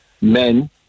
men